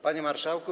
Panie Marszałku!